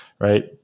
right